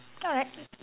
alright